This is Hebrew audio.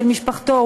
של משפחתו,